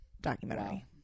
documentary